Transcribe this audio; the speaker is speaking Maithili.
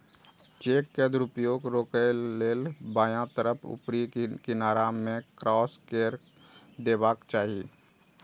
चेक के दुरुपयोग रोकै लेल बायां तरफ ऊपरी किनारा मे क्रास कैर देबाक चाही